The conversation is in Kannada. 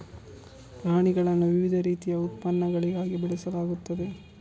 ಪ್ರಾಣಿಗಳನ್ನು ವಿವಿಧ ರೀತಿಯ ಉತ್ಪನ್ನಗಳಿಗಾಗಿ ಬೆಳೆಸಲಾಗುತ್ತದೆ